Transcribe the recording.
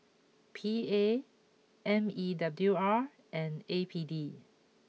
P A M E W R and A P D